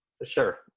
Sure